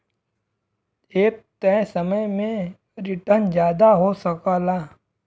एक तय समय में रीटर्न जादा हो सकला